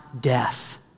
death